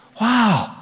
Wow